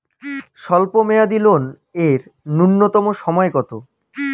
স্বল্প মেয়াদী লোন এর নূন্যতম সময় কতো?